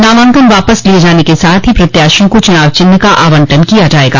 नामांकन वापस लिये जाने के साथ ही प्रत्याशियों को चुनाव चिन्ह का आवंटन किया जायेगा